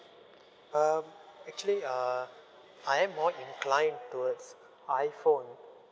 um actually uh I am more inclined towards iphone